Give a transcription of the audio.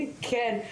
כן.